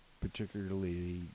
particularly